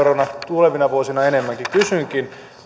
tulevina vuosina enemmänkin kysynkin